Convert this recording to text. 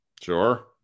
Sure